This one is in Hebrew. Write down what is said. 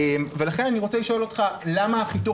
לכן אני רוצה לשאול אותך למה החיתוך